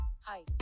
Hi